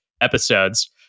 episodes